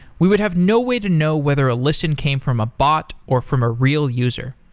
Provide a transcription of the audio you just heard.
we would have no way to know whether a listen came from a bot or from a real user.